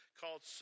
called